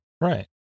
Right